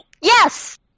Yes